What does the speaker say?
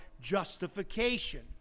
justification